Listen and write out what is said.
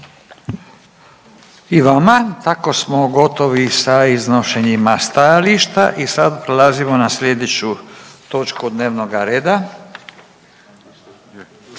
Tako smo gotovi sa iznošenjima stajališta i sad prelazimo na sljedeću točku dnevnoga reda.